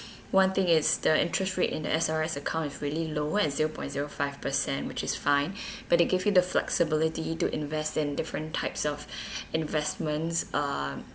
one thing is the interest rate in the S_R_S account is really low at zero point zero five percent which is fine but they give you the flexibility to invest in different types of investments um